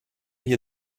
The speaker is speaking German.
hier